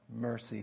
mercy